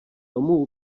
tomu